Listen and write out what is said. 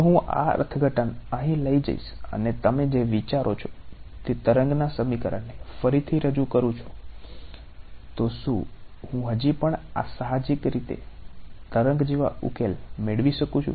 જો હું આ અર્થઘટન અહીં લઈ જઈશ અને તમે જે વિચારો છો તે તરંગના સમીકરણને ફરીથી રજૂ કરું છું તો શું હું હજી પણ આ સાહજિક રીતે તરંગ જેવા ઉકેલ મેળવી શકું છું